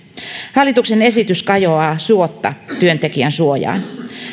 hallituksen esitys kajoaa suotta työntekijän suojaan